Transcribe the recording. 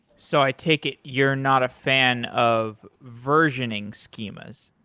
so i take it, you're not a fan of versioning schemas.